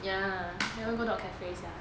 ya I want go dog cafe sia